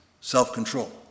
self-control